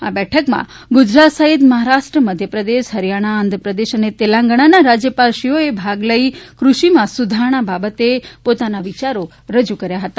આ બેઠકમાં ગુજરાત સહિત મહારાષ્ટ્ર મધ્યપ્રદેશ હરિયાણા આંધ્રપ્રદેશ અને તેલંગણાના રાજ્યપાલશ્રીઓએ ભાગ લઇને કૃષિમાં સુધારણા બાબતે પોતાના વિયારો રજુ કર્યા હતા